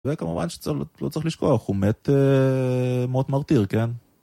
וכמובן שלא צריך לשכוח, הוא מת מות מרטיר, כן?